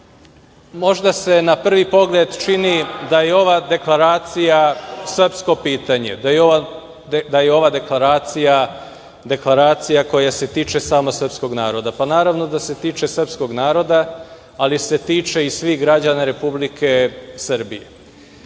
možda se na prvi pogled čini da je ova deklaracija srpsko pitanje, da je ova deklaracija deklaracija koja se tiče samo srpskog naroda. Pa naravno da se tiče srpskog naroda, ali se tiče i svih građana Republike Srbije.Zašto